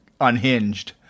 unhinged